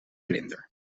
vlinder